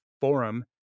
forum